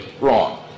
wrong